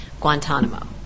Guantanamo